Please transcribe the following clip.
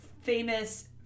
famous